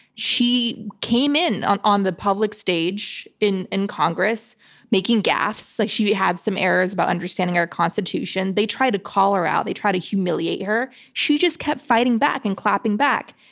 she came in on on the public stage in in congress making gaffes. like she had some errors about understanding our constitution. they tried to call her out, they tried to humiliate her. she just kept fighting back and clapping back.